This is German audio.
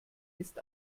ist